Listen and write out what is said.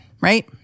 right